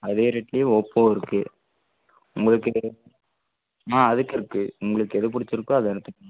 அதே ரேட்டுலேயே ஓப்போ இருக்குது உங்களுக்கு ஆ அதுக்கும் இருக்குது உங்களுக்கு எது பிடிச்சிருக்கோ அதை எடுத்துக்கோங்க